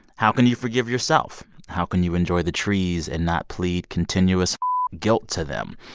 how can you forgive yourself? how can you enjoy the trees and not plead continuous guilt to them?